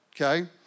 okay